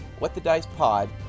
whatthedicepod